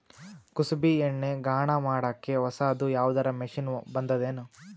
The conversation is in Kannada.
ಕುಸುಬಿ ಎಣ್ಣೆ ಗಾಣಾ ಮಾಡಕ್ಕೆ ಹೊಸಾದ ಯಾವುದರ ಮಷಿನ್ ಬಂದದೆನು?